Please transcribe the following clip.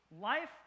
life